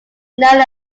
known